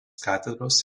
katedros